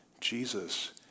Jesus